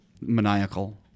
maniacal